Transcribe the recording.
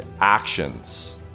actions